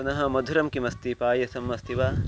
पुनः मधुरं किमस्ति पायसम् अस्ति वा